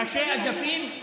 ראשי אגפים,